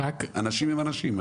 אנשים הם אנשים.